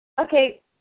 Okay